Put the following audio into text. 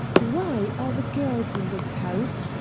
why are the girls in this house,